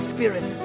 Spirit